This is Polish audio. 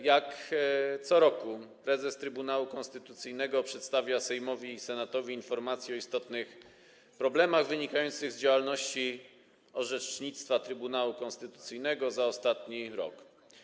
Jak co roku prezes Trybunału Konstytucyjnego przedstawia Sejmowi i Senatowi informację o istotnych problemach wynikających z działalności orzecznictwa Trybunału Konstytucyjnego za ostatni rok.